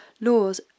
laws